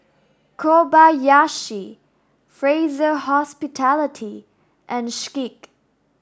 Kobayashi Fraser Hospitality and Schick